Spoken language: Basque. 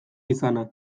izana